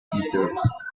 figures